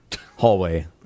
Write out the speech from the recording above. hallway